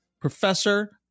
professor